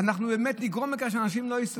אנחנו באמת נגרום לכך שאנשים ייסעו בתחבורה ציבורית.